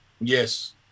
Yes